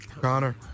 connor